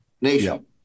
Nation